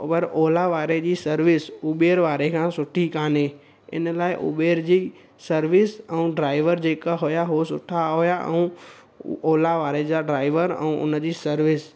पर ओला वारे जी सर्विस उबेर वारे खां सुठी कान्हे इन लाइ उबेर जी सर्विस ऐं ड्राइवर जेका हुया उहे सुठा हुया ऐं ओला वारे जा ड्राइवर ऐं उनजी सर्विस